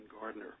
Gardner